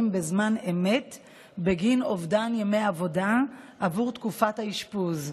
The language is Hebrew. בזמן אמת בגין אובדן ימי עבודה עבור תקופת האשפוז.